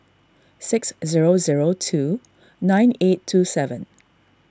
six zero zero two nine eight two seven